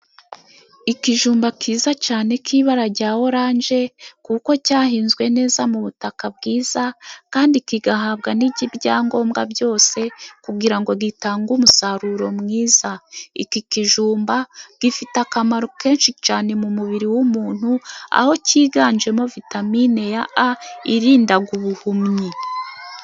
Ikijumba cyiza cyane, cy'ibara rya oranje, kuko cyahinzwe neza ,mu butaka bwiza ,kandi kigahabwa n'ibyangombwa byose, kugira ngo gitange umusaruro mwiza. Iki kijumba gifite akamaro kenshi cyane, mu mubiri w'umuntu, aho kiganjemo vitamine ya A irinda ubuhumyi.